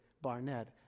Barnett